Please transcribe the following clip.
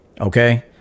okay